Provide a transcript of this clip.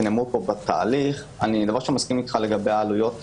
אני מסכים איתך על העלויות.